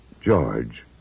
George